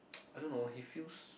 I don't know he feels